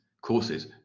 courses